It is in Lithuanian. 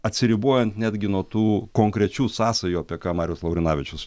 atsiribojant netgi nuo tų konkrečių sąsajų apie ką marius laurinavičius